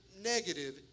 negative